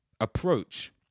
approach